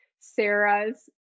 Sarah's